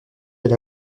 elle